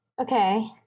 Okay